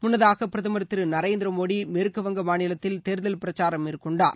முன்னதாக பிரதமர் திரு நரேந்திரமோடி மேற்குவங்க மாநிலத்தில் தேர்தல் பிரச்சாரம் மேற்கொண்டார்